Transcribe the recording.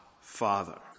Father